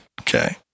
Okay